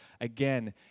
again